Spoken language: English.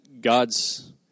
God's